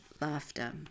laughter